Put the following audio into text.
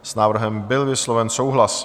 S návrhem byl vysloven souhlas.